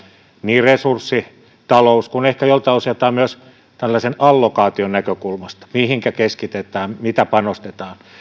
niin resurssitalous kuin ehkä joltain osiltaan myös tällaisen allokaation näkökulma mihinkä keskitetään mitä panostetaan